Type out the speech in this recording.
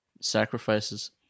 sacrifices